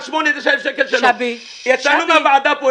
עד שמונה-תשע אלף שקל --- יצאנו מהוועדה פה,